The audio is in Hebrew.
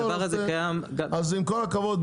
אז עם כל הכבוד,